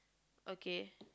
okay